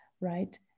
right